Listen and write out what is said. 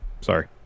Sorry